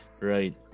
right